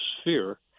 sphere